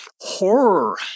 horror